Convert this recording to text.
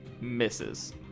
Misses